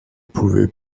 pouvait